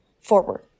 forward